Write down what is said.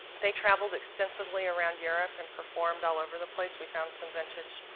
they travelled extensively around europe and performed all over the place. we found some vintage